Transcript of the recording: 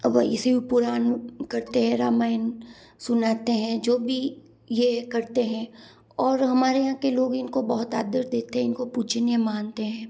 अगर ये शिव पुराण करते हैं रामायन सुनाते हैं जो भी ये करते हैं और हमारे यहाँ के लोग इनको बहुत आदर देते हैं इनको पूजनीय मानते हैं